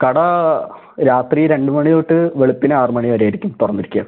കട രാത്രി രണ്ട് മണി തൊട്ട് വെളുപ്പിനാറ് മണി വെരെ ആയിരിക്കും തുറന്നിരിക്കുക